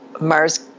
Mars